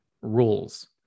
rules